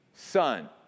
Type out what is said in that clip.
Son